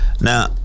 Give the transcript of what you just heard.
Now